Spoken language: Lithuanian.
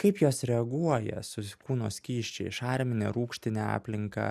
kaip jos reaguoja su kūno skysčiais šarmine rūgštine aplinka